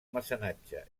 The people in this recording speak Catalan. mecenatge